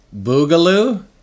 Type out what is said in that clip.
Boogaloo